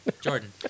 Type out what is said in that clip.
jordan